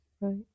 Right